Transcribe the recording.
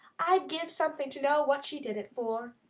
i'd give something to know what she did it for.